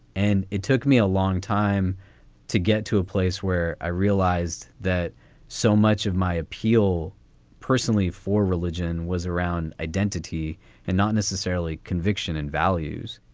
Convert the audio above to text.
and it took me a long time to get to a place where i realized that so much of my appeal personally for religion was around identity and not necessarily conviction and values.